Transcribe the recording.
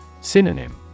Synonym